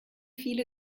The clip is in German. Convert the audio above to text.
viele